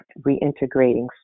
reintegrating